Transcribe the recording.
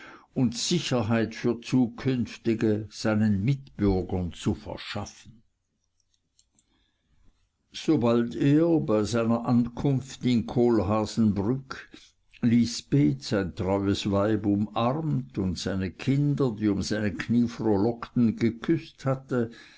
und sicherheit für zukünftige seinen mitbürgern zu verschaffen sobald er bei seiner ankunft in kohlhaasenbrück lisbeth sein treues weib umarmt und seine kinder die um seine knie frohlockten geküßt hatte